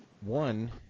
One